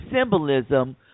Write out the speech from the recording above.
symbolism